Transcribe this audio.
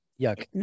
yuck